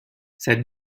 cette